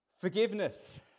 forgiveness